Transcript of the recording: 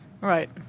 Right